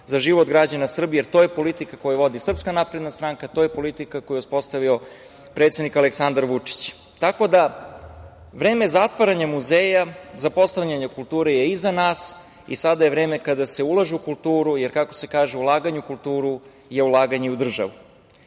za život građana Srbije, jer to je politika koju vodi SNS, to je politika koju je uspostavio predsednik Aleksandar Vučić. Vreme zatvaranja muzeja, zapostavljanja kulture je iza nas i sada je vreme kada se ulaže u kulturu, jer, kako se kaže, ulaganje u kulturu je ulaganje u državu. Kada